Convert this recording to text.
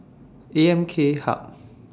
A M K Hub